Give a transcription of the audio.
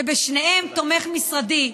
שבשניהם תומך משרדי,